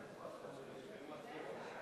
אדוני היושב-ראש,